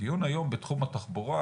הדיון היום בתחום התחבורה